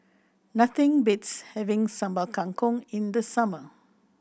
nothing beats having Sambal Kangkong in the summer